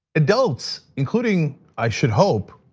adults, including i should hope,